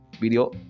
video